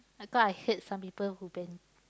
cause I heard some people who been